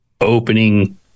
opening